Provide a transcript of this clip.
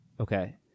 Okay